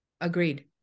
Agreed